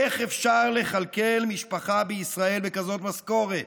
איך אפשר לכלכל משפחה בישראל בכזאת משכורת?